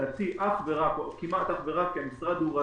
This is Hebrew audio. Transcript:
לדעתי זה כמעט אך ורק כי המשרד הוא רזה.